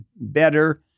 better